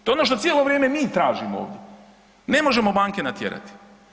To je ono što cijelo vrijeme mi tražimo ovdje. ne možemo banke natjerati.